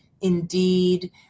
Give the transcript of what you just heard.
Indeed